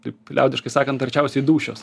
taip liaudiškai sakant arčiausiai dūšios